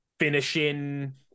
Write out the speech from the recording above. finishing